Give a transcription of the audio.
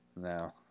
No